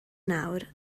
nawr